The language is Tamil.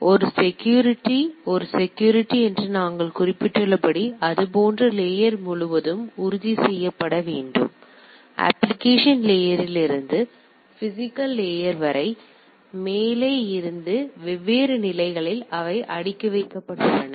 எனவே ஒரு செக்யூரிட்டிக்கு ஒரு செக்யூரிட்டி என்று நாங்கள் குறிப்பிட்டுள்ளபடி அது போன்ற லேயர் முழுவதும் உறுதி செய்யப்பட வேண்டும் அப்ப்ளிகேஷன் லேயரில் இருந்து பிஸிக்கல் லேயர் வரை மேலே இருந்து வெவ்வேறு நிலைகளில் அவை அடுக்கி வைக்கப்பட்டுள்ளன